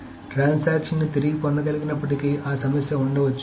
కాబట్టి ట్రాన్సాక్షన్ ని తిరిగి పొందగలిగినప్పటికీ ఆ సమస్య ఉండవచ్చు